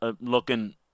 looking –